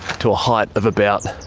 to a height of about